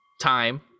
time